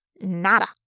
Nada